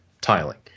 tiling